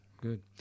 Good